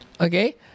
Okay